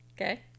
Okay